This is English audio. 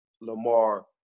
Lamar